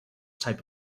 type